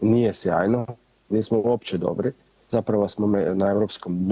Nije sjajno, nismo uopće dobri, zapravo smo na europskom dnu.